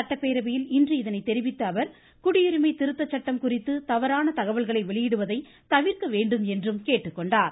சட்டப்பேரவையில் இன்று இதனை தெரிவித்த அவர் குடியுரிமை திருத்த சட்டம் குறித்து தவறான தகவல்களை வெளியிடுவதை தவிர்க்க வேண்டும் என்றார்